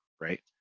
right